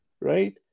right